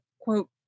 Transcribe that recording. quote